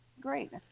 Great